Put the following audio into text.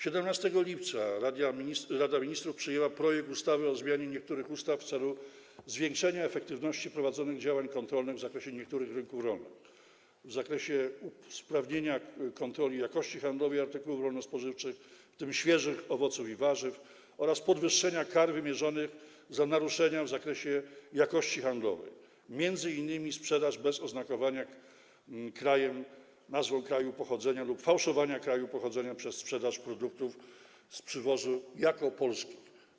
17 lipca Rada Ministrów przyjęła projekt ustawy o zmianie niektórych ustaw w celu zwiększenia efektywności prowadzonych działań kontrolnych w zakresie niektórych rynków rolnych, w zakresie usprawnienia kontroli jakości handlowej artykułów rolno-spożywczych, w tym świeżych owoców i warzyw, oraz podwyższenia kar wymierzanych za naruszenia w kwestiach jakości handlowej, m.in. sprzedaż bez oznakowania nazwą kraju pochodzenia lub fałszowania kraju pochodzenia przez sprzedaż produktów z przywozu jako polskich.